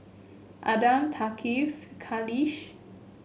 Adam Thaqif Khalish